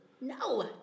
No